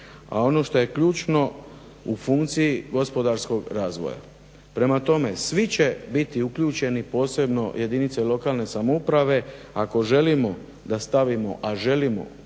a ono što je ključno u funkciji gospodarskog razvoja. Prema tome, svi će biti uključeni posebno jedinice lokalne samouprave ako želimo da stavimo, a želimo